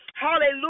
hallelujah